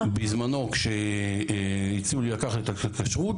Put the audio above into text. בזמנו כשהציעו לי לקחת את הכשרות,